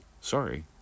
Sorry